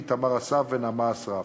איתמר אסף ונעמה אסרף.